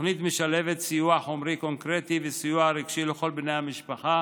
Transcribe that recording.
התוכנית משלבת סיוע חומרי קונקרטי וסיוע רגשי לכל בני המשפחה